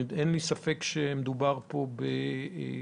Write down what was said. אין לי ספק שמדובר פה בבשורה.